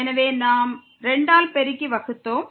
எனவே நாம் 2 ஆல் பெருக்கி வகுத்தோம்